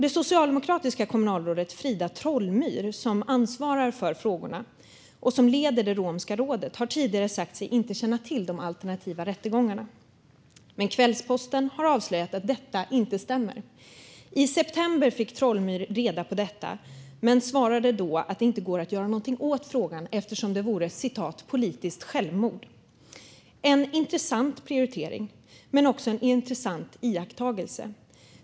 Det socialdemokratiska kommunalrådet Frida Trollmyr, som ansvarar för frågorna och som leder det romska rådet, har tidigare sagt sig inte känna till de alternativa rättegångarna. Men Kvällsposten har avslöjat att det inte stämmer. I september fick Trollmyr reda på detta men svarade då att det inte går att göra något åt frågan eftersom det vore "politiskt självmord". Det är en intressant prioritering men också en intressant iakttagelse.